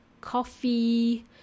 coffee